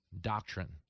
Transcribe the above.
doctrine